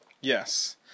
Yes